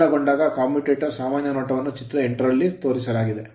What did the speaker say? ಪೂರ್ಣಗೊಂಡಾಗ commutator commutator ನ ಸಾಮಾನ್ಯ ನೋಟವನ್ನು ಚಿತ್ರ 8 ರಲ್ಲಿ ತೋರಿಸಲಾಗಿದೆ